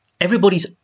everybody's